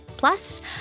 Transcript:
plus